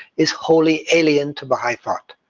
is wholly alien to baha'i thought.